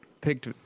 picked